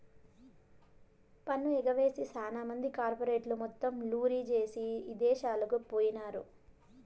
పన్ను ఎగవేసి సాన మంది కార్పెరేట్లు మొత్తం లూరీ జేసీ ఇదేశాలకు పోయినారు